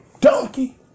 donkey